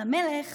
על המלך